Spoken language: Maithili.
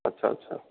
अच्छा अच्छा